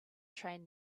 train